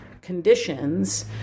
conditions